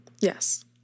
Yes